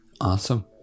Awesome